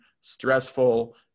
stressful